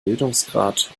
bildungsgrad